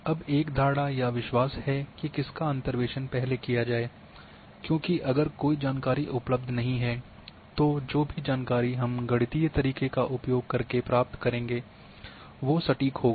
अब एक धारणा या विश्वास है कि किसका अंतर्वेसन पहले किया जाए क्योंकि कि अगर कोई जानकारी उपलब्ध नहीं है तो जो भी जानकारी हम गणितीय तरीके का उपयोग करके प्राप्त करेंगे वो सटीक होगा